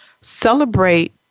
Celebrate